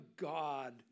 God